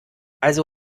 also